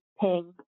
Ping